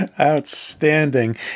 Outstanding